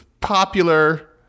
popular